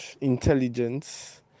intelligence